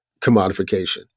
commodification